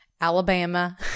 Alabama